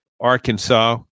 Arkansas